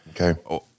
Okay